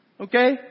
Okay